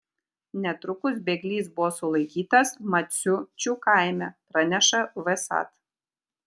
netrukus bėglys buvo sulaikytas maciučių kaime praneša vsat